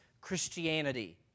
Christianity